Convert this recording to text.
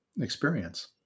experience